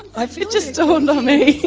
ah it just dawned on me.